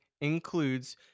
includes